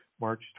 March